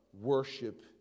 worship